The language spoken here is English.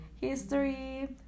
history